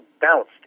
bounced